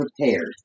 prepared